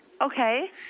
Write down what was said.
Okay